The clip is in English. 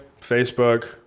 Facebook